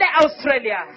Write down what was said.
Australia